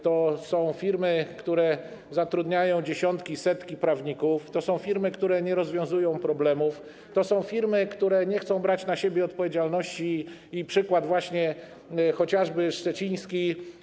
To są firmy, które zatrudniają dziesiątki, setki prawników, to są firmy, które nie rozwiązują problemów, to są firmy, które nie chcą brać na siebie odpowiedzialności - chociażby właśnie przykład szczeciński.